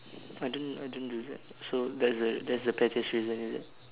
I don't I don't do that so that's the that's the pettiest reason is it